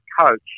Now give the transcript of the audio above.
coach